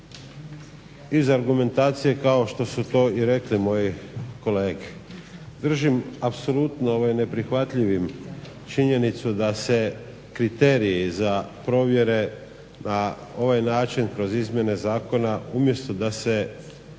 iz argumentacije kao što su to i reli moji kolege. Držim apsolutno neprihvatljivim činjenicu da se kriteriji za provjere, na ovaj način kroz izmjene zakona, umjesto da se postrožavaju,